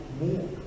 more